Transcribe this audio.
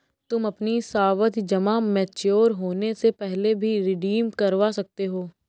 तुम अपनी सावधि जमा मैच्योर होने से पहले भी रिडीम करवा सकते हो